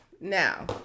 Now